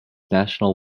national